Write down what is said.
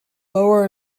lower